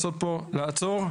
חייבים פה שילוב של הגורמים.